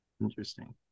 interesting